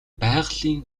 байгалийн